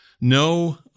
no